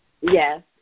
Yes